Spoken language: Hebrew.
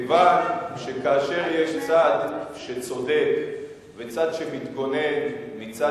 כיוון שכאשר יש צד שצודק וצד שמתגונן מפני